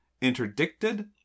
interdicted